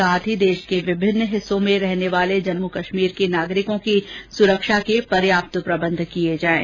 साथ ही देश के विभिन्न हिस्सों में रहने वाले जम्मू कश्मीर के नागरिकों की सुरक्षा के पर्याप्त प्रबंध किये जायें